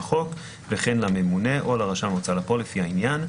לחוק וכן לממונה או לרשם ההוצאה לפועל לפי העניין.